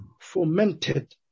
fomented